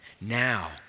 Now